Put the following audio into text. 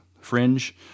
Fringe